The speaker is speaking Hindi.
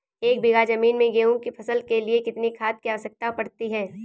एक बीघा ज़मीन में गेहूँ की फसल के लिए कितनी खाद की आवश्यकता पड़ती है?